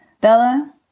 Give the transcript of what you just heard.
Bella